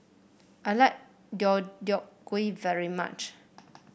I like Deodeok Gui very much